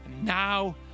Now